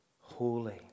holy